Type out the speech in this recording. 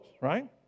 right